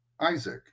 Isaac